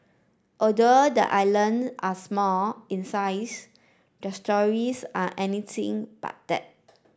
although the island are small in size their stories are anything but that